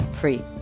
free